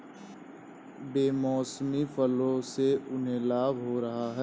बेमौसमी फसलों से उन्हें लाभ हो रहा है